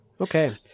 Okay